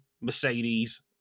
Mercedes